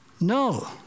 No